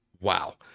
wow